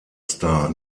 star